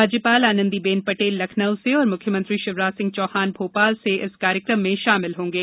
राज्यपाल आंनदी बेन पटेल लखनऊ से और मुख्यमंत्री शिवराज सिंह चौहान भोपाल से इस कार्यक्रम में शामिल होंगे